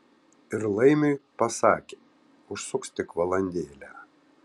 ir laimiui pasakė užsuks tik valandėlę